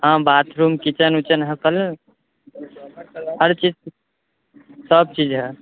हँ bathroom kitchen उचन हर चीज सब चीज हय